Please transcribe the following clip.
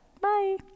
Bye